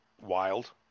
wild